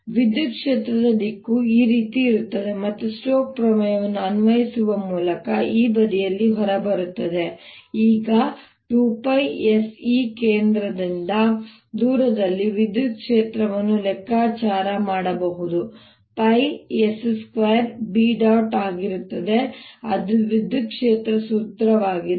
ಮತ್ತು ಆದ್ದರಿಂದ ವಿದ್ಯುತ್ ಕ್ಷೇತ್ರದ ದಿಕ್ಕು ಈ ರೀತಿ ಇರುತ್ತದೆ ಮತ್ತು ಸ್ಟೋಕ್ ಪ್ರಮೇಯವನ್ನು ಅನ್ವಯಿಸುವ ಮೂಲಕ ಈ ಬದಿಯಲ್ಲಿ ಹೊರಬರುತ್ತದೆ ನಾನು 2πSE ಕೇಂದ್ರದಿಂದ ದೂರದಲ್ಲಿ ವಿದ್ಯುತ್ ಕ್ಷೇತ್ರವನ್ನು ಲೆಕ್ಕಾಚಾರ ಮಾಡಬಹುದು πs2 B dot ಆಗಿರುತ್ತದೆ ಅದು ವಿದ್ಯುತ್ ಕ್ಷೇತ್ರ ಸೂತ್ರವಾಗಿದೆ